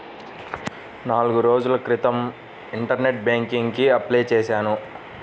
నాల్గు రోజుల క్రితం ఇంటర్నెట్ బ్యేంకింగ్ కి అప్లై చేశాను